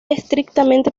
estrictamente